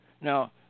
now